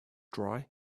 dry